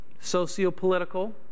sociopolitical